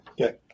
Okay